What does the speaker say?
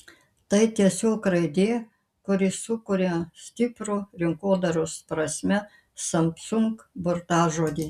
tai tiesiog raidė kuri sukuria stiprų rinkodaros prasme samsung burtažodį